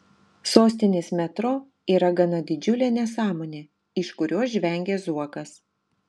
sostinės metro yra gana didžiulė nesąmonė iš kurios žvengia zuokas